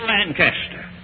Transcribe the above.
Lancaster